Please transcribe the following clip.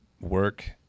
work